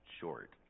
short